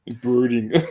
brooding